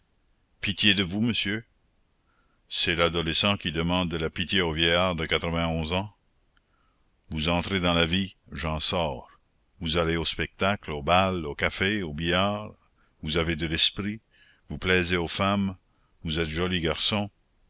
pitié de vous monsieur c'est l'adolescent qui demande de la pitié au vieillard de quatre vingt onze ans vous entrez dans la vie j'en sors vous allez au spectacle au bal au café au billard vous avez de l'esprit vous plaisez aux femmes vous êtes joli garçon